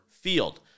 Field